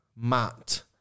matt